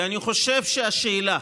כי אני חושב שהשאלה